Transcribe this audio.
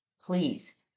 Please